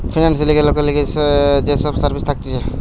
ফিন্যান্সের লিগে লোকের লিগে যে সব সার্ভিস থাকতিছে